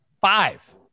Five